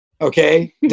Okay